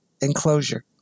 enclosure